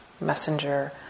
messenger